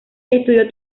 estudió